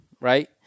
right